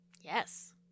Yes